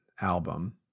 album